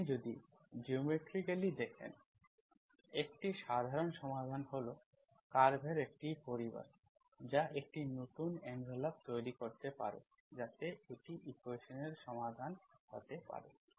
আপনি যদি জিওমেট্রিকালি দেখেন একটি সাধারণ সমাধান হল কার্ভের একটি পরিবার যা একটি নতুন এনভেলাপ তৈরি করতে পারে যাতে এটি ইকুয়েশন্সের সমাধান হতে পারে